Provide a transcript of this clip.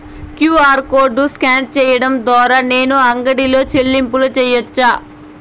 QR code scan సేయడం ద్వారా నేను అంగడి లో చెల్లింపులు సేయొచ్చా?